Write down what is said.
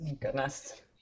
goodness